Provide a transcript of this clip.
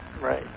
Right